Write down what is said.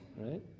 right